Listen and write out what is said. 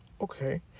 Okay